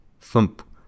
thump